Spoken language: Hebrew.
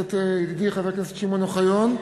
ידידי חבר הכנסת שמעון אוחיון,